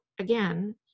again